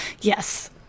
Yes